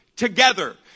together